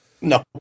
No